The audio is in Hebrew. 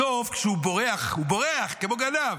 בסוף, כשהוא בורח, הוא בורח כמו גנב